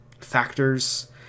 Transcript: factors